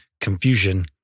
confusion